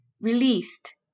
Released